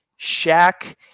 Shaq